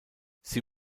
sie